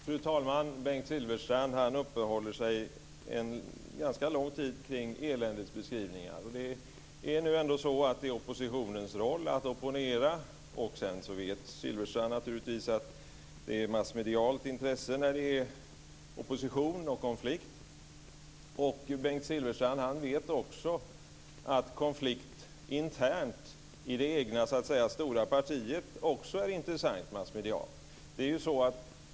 Fru talman! Bengt Silfverstrand uppehåller sig ganska lång tid kring eländesbeskrivningar. Det är nu ändå så att det är oppositionens roll att opponera. Silfverstrand vet naturligtvis att det blir ett massmedialt intresse när det är opposition och konflikt. Bengt Silfverstrand vet också att konflikt internt i det egna partiet också är intressant massmedialt.